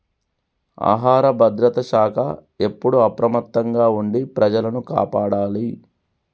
ఆహార భద్రత శాఖ ఎప్పుడు అప్రమత్తంగా ఉండి ప్రజలను కాపాడాలి